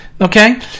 Okay